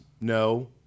no